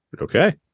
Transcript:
Okay